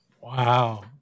wow